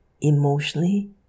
emotionally